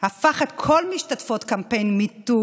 הפך את כל משתתפות קמפיין MeToo,